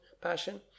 passion